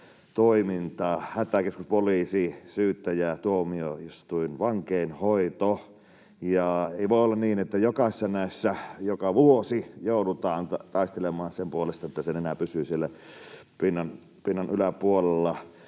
toiminta: hätäkeskus, poliisi, syyttäjä, tuomioistuin, vankeinhoito. Ei voi olla niin, että jokaisessa näissä joka vuosi joudutaan taistelemaan sen puolesta, että nenä pysyy siellä pinnan yläpuolella.